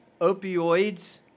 opioids